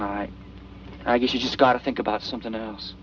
i guess you just gotta think about something else